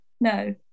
No